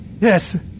yes